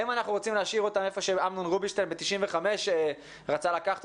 האם אנחנו רוצים להשאיר איפה שאמנון רובינשטיין ב-95 רצה לקחת